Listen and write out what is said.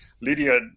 lydia